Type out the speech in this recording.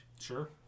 Sure